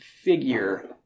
figure